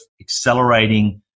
accelerating